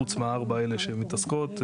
חוץ מהארבע האלה שמתעסקות.